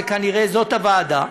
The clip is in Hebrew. זו כנראה הוועדה,